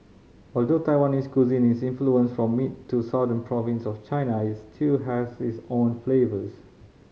although Taiwanese cuisine is influenced from mid to southern province of China it still has its own flavours